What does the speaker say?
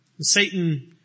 Satan